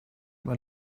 man